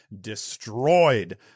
destroyed